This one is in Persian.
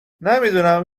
نمیدونم